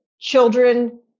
children